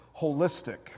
holistic